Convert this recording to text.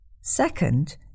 Second